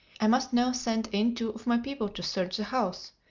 i must now send in two of my people to search the house,